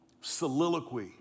soliloquy